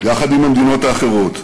יחד עם המדינות האחרות,